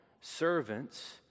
servants